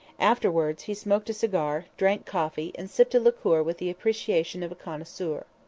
afterwards he smoked a cigar, drank coffee, and sipped a liqueur with the appreciation of a connoisseur.